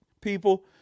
people